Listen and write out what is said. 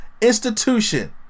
institution